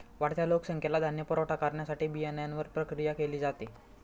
वाढत्या लोकसंख्येला धान्य पुरवठा करण्यासाठी बियाण्यांवर प्रक्रिया केली जाते